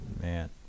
man